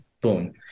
boom